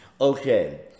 Okay